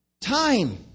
Time